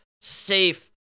safe